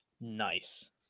Nice